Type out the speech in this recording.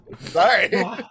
Sorry